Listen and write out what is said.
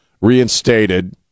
reinstated